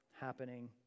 happening